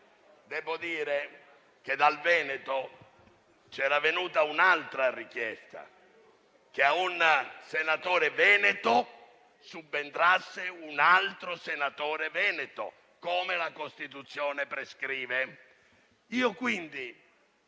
devo dire che dal Veneto era venuta un'altra richiesta: che a un senatore veneto subentrasse un altro senatore veneto, come la Costituzione prescrive.